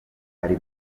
ari